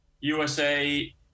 USA